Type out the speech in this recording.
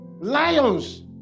lions